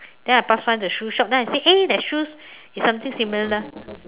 then I pass by the shoe shop then I say eh that shoes is something similar